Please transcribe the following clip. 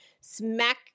smack